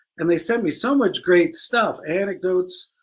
and they sent me so much great stuff, anecdotes,